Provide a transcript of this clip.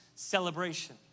celebration